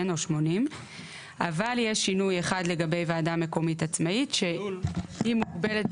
או 80. אבל יש שינוי אחד לגבי ועדה מקומית עצמאית שהיא מוגבלת